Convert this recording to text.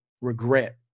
regret